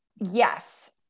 Yes